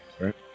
right